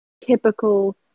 typical